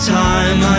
time